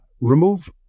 remove